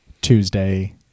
tuesday